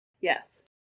yes